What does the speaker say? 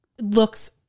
looks